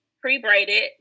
pre-braided